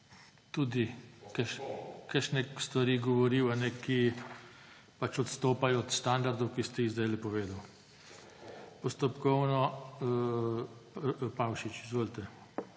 tudi kakšne stvari govoril, ki pač odstopajo od standardov, ki ste jih zdaj povedali. Postopkovno, Pavšič. Izvolite.